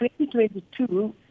2022